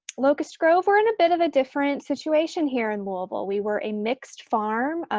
locust grove, we're in a bit of a different situation here in louisville, we were a mixed farm.